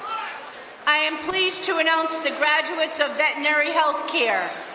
i am pleased to announce the graduates of veterinary health care.